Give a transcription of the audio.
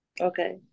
Okay